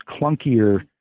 clunkier